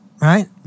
Right